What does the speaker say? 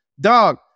dog